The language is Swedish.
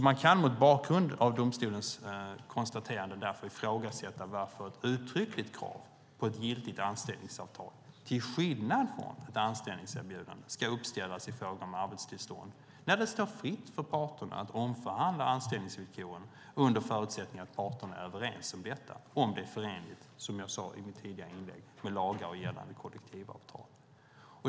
Man kan mot bakgrund av domstolens konstaterande därför ifrågasätta varför ett uttryckligt krav på ett giltigt anställningsavtal, till skillnad från ett anställningserbjudande, ska ställas i fråga om arbetstillstånd när det står fritt för parterna att omförhandla anställningsvillkoren under förutsättning att parterna är överens om detta, om det är förenligt med lagar och gällande kollektivavtal, som jag sade i mitt tidigare inlägg.